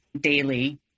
daily